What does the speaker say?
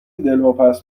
دلواپس